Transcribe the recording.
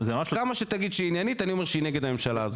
כמה שתגיד שהיא עניינית אני אומר שהיא נגד הממשלה הזאת.